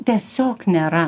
tiesiog nėra